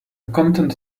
content